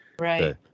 Right